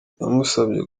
yamusabye